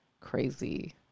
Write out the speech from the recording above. crazy